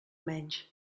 menys